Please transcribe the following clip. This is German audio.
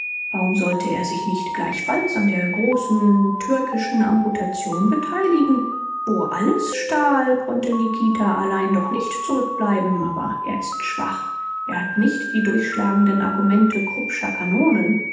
warum sollte er sich nicht gleichfalls an der großen türkischen amputation beteiligen wo alles stahl konnte nikita allein doch nicht zurückbleiben aber er ist schwach er hat nicht die durchschlagenden argumente kruppscher kanonen